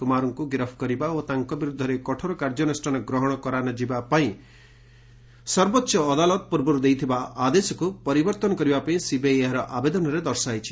କୁମାରଙ୍କୁ ଗିରଫ କରିବା ଓ ତାଙ୍କ ବିରୁଦ୍ଧରେ ଅନ୍ୟାନ୍ୟ କାର୍ଯ୍ୟାନୁଷ୍ଠାନ ଗ୍ରହଣ କରାନଯିବା ପାଇଁ କୋର୍ଟ ପୂର୍ବରୁ ଦେଇଥିବା ଆଦେଶକୁ ପରିବର୍ତ୍ତନ କରିବା ପାଇଁ ସିବିଆଇ ଏହାର ଆବେଦନରେ ଦର୍ଶାଇଛି